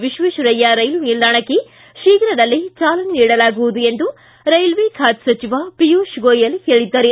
Visvesvaraya rail ನಿಲ್ದಾಣಕ್ಕೆ ಶೀಘ್ರದಲ್ಲೇ ಚಾಲನೆ ನೀಡಲಾಗುವುದು ಎಂದು ರೈಲ್ವೆ ಖಾತೆ ಸಚಿವ ಪಿಯೂಷ್ ಗೋಯಲ್ ಹೇಳಿದ್ದಾರೆ